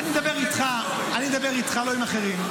אני מדבר איתך, אני מדבר איתך, לא עם אחרים.